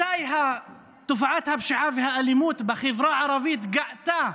מתי תופעת הפשיעה והאלימות בחברה הערבית גאתה,